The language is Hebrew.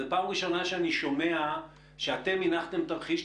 זו פעם ראשונה שאני שומע שאתם הנחתם תרחיש,